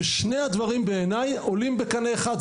ושני הדברים בעיניי עולים בקנה אחד.